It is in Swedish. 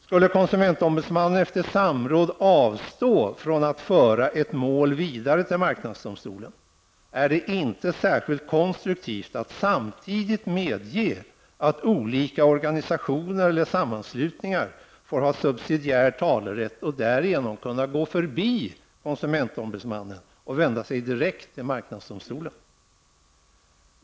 Skulle konsumentombudsmannen efter samråd avstå från att föra ett mål vidare till marknadsdomstolen, är det inte särskilt konstruktivt att samtidigt medge att olika organisationer eller sammanslutningar får ha subsidiär talerätt och därigenom kunna gå förbi konsumentombudsmannen och vända sig direkt till marknadsdomstolen.